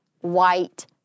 white